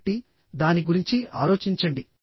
కాబట్టి దాని గురించి ఆలోచించండి